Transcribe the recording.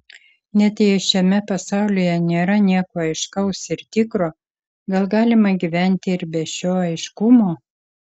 net jeigu šiame pasaulyje nėra nieko aiškaus ir tikro gal galima gyventi ir be šio aiškumo